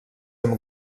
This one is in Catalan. amb